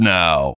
now